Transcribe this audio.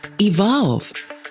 evolve